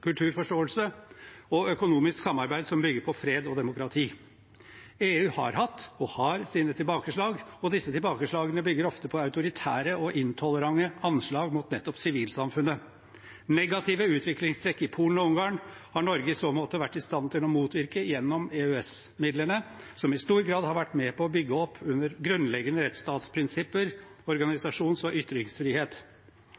kulturforståelse og økonomisk samarbeid som bygger fred og demokrati. EU har hatt, og har, sine tilbakeslag, og disse tilbakeslagene bygger ofte på autoritære og intolerante anslag mot nettopp sivilsamfunnet. Negative utviklingstrekk i Polen og Ungarn har Norge i så måte vært i stand til å motvirke gjennom EØS-midlene, som i stor grad har vært med på å bygge opp under grunnleggende rettsstatsprinsipper,